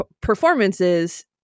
performances